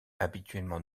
habituellement